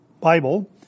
Bible